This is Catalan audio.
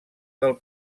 del